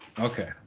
Okay